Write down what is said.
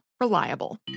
Reliable